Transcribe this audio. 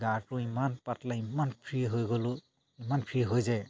গাটো ইমান পাতলা ইমান ফ্ৰী হৈ গ'লো ইমান ফ্ৰী হৈ যে